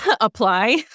apply